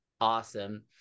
Awesome